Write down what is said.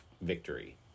victory